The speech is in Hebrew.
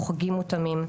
או חוגים מותאמים,